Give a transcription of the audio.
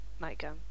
nightgown